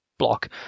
block